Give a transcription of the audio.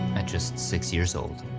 at just six years old.